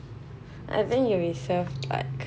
I think you will be served what